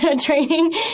training